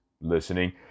listening